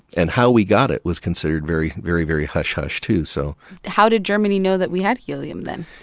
and how we got it was considered very, very, very hush-hush, too, so how did germany know that we had helium then?